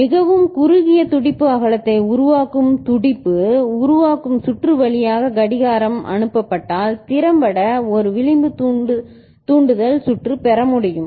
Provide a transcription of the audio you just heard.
மிகவும் குறுகிய துடிப்பு அகலத்தை உருவாக்கும் துடிப்பு உருவாக்கும் சுற்று வழியாக கடிகாரம் அனுப்பப்பட்டால் திறம்பட ஒரு விளிம்பு தூண்டுதல் சுற்று பெற முடியும்